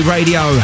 Radio